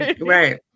Right